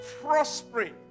prospering